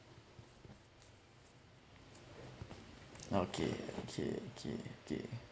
okay okay okay okay